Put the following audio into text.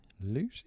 Lucy